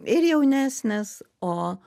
ir jaunesnės o